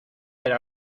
era